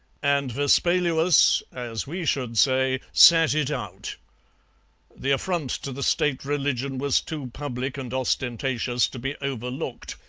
and vespaluus, as we should say, sat it out the affront to the state religion was too public and ostentatious to be overlooked,